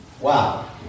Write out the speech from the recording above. Wow